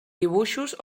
dibuixos